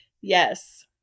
Yes